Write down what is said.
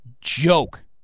joke